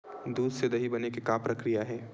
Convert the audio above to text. दूध से दही बने के का प्रक्रिया हे?